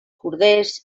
corders